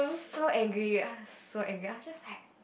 so angry I was so angry I was just like